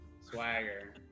Swagger